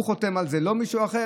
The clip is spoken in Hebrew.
הוא חתום על זה, לא מישהו אחר.